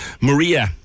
Maria